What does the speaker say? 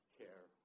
care